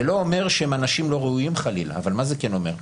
זה לא אומר שהם אנשים לא ראויים חלילה אבל מה זה כן אומר?